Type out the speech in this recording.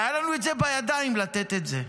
והיה לנו את זה בידיים, לתת את זה.